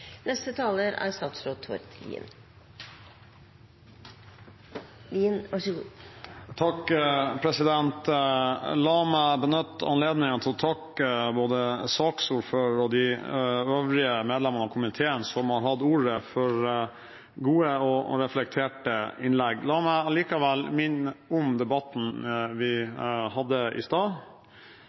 La meg benytte anledningen til å takke både saksordføreren og de øvrige medlemmene av komiteen som har hatt ordet, for gode og reflekterte innlegg. La meg allikevel minne om debatten vi hadde i stad.